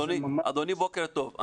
אדוני, בוקר טוב.